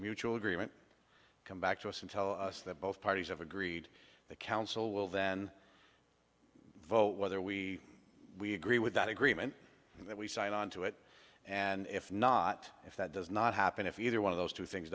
mutual agreement come back to us and tell us that both parties have agreed the council will then vote whether we we agree with that agreement that we signed onto it and if not if that does not happen if either one of those two things